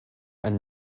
and